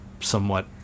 somewhat